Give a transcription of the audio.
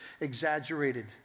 exaggerated